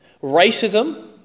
Racism